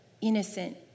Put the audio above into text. innocent